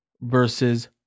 versus